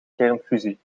kernfusie